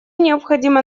необходимо